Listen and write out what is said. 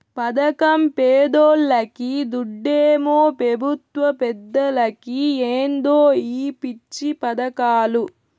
పదకం పేదోల్లకి, దుడ్డేమో పెబుత్వ పెద్దలకి ఏందో ఈ పిచ్చి పదకాలు